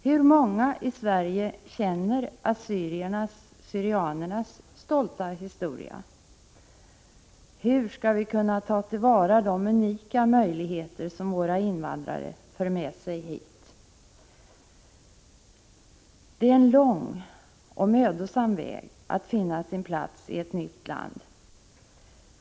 Hur många i Sverige känner assyriernas/syrianernas stolta historia? Hur skall vi kunna ta till vara de unika möjligheter som våra invandrare för med sig hit? Det är en lång och mödosam väg att finna sin plats i ett nytt land.